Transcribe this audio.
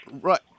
right